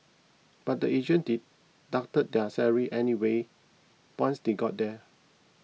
but the agent deducted their salaries anyway once they got there